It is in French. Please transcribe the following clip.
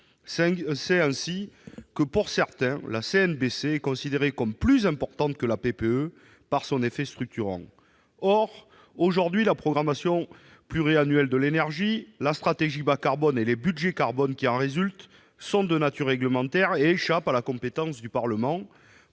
C'est ainsi que certains considèrent la SNBC comme plus importante que la PPE en raison de son effet structurant. Or, aujourd'hui, la programmation pluriannuelle de l'énergie, la stratégie nationale bas-carbone et les budgets carbone qui en résultent sont de nature réglementaire et échappent à la compétence du Parlement.